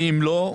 ואם לא,